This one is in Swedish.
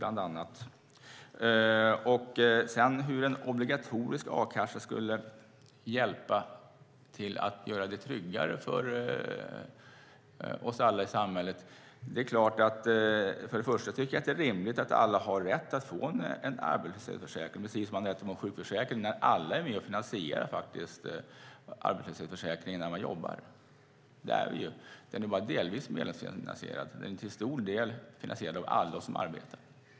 Sedan frågar Patrik Björck hur en obligatorisk a-kassa skulle hjälpa till att göra det tryggare för oss alla i samhället. För det första tycker jag att det är rimligt att alla har rätt att få en arbetslöshetsförsäkring, precis som man har rätt att få en sjukförsäkring, när alla är med och finansierar arbetslöshetsförsäkringen när man jobbar. Det är vi ju. Den är bara delvis medlemsfinansierad. Till stor del är den finansierad av alla oss som arbetar.